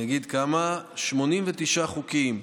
כמה, 89 חוקים,